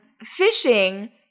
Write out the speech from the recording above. Fishing